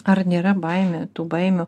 ar nėra baimė tų baimių